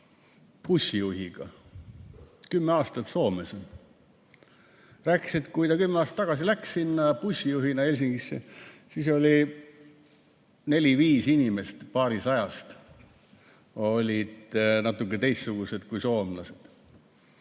bussijuhiga, kes on kümme aastat Soomes olnud. Ta rääkis, et kui ta kümme aastat tagasi läks bussijuhina Helsingisse, siis neli-viis inimest paarisajast olid natuke teistsugused kui soomlased,